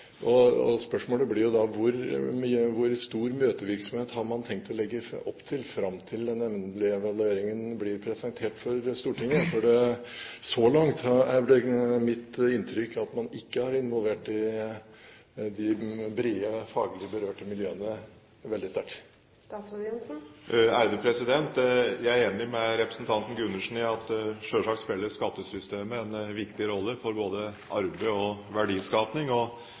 Spørsmålet blir da: Hvor stor møtevirksomhet har man tenkt å legge opp til fram til den endelige evalueringen blir presentert for Stortinget? Så langt er det mitt inntrykk at man ikke har involvert de brede, faglig berørte miljøene veldig sterkt. Jeg er enig med representanten Gundersen i at selvsagt spiller skattesystemet en viktig rolle for både arbeid og